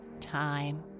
time